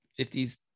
50s